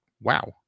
Wow